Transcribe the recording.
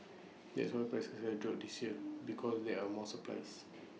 that's why prices have dropped this year because there are more supplies